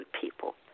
people